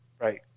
Right